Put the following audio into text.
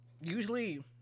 usually